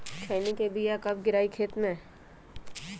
खैनी के बिया कब गिराइये खेत मे?